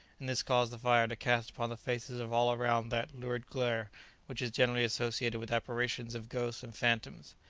and this caused the fire to cast upon the faces of all around that lurid glare which is generally associated with apparitions of ghosts and phantoms.